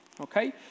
Okay